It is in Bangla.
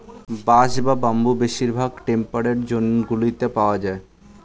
বাঁশ বা বাম্বু বেশিরভাগ টেম্পারেট জোনগুলিতে পাওয়া যায়